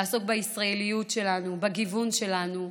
לעסוק בישראליות שלנו, בגיוון שלנו.